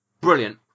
Brilliant